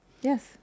Yes